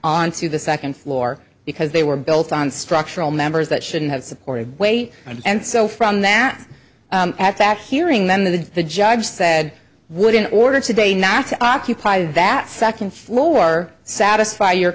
onto the second floor because they were built on structural members that shouldn't have supported weight and so from that at that hearing then the the judge said would an order today not to occupy that second floor satisfy your